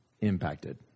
impacted